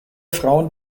frauen